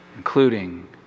including